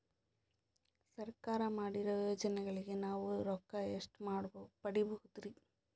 ಸರ್ಕಾರ ಮಾಡಿರೋ ಯೋಜನೆಗಳಿಗೆ ನಾವು ರೊಕ್ಕ ಎಷ್ಟು ಪಡೀಬಹುದುರಿ?